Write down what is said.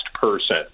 person